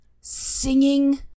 singing